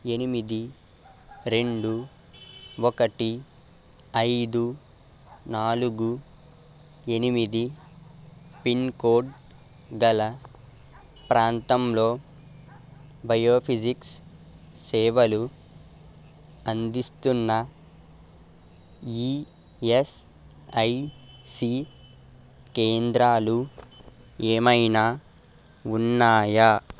ఎనిమిది రెండు ఒకటి ఐదు నాలుగు ఎనిమిది పిన్ కోడ్ గల ప్రాంతంలో బయోఫిజిక్స్ సేవలు అందిస్తున్న ఈఎస్ఐసి కేంద్రాలు ఏమైనా ఉన్నాయా